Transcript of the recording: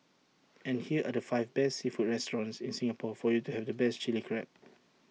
and here are the five best seafood restaurants in Singapore for you to have the best Chilli Crab